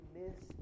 miss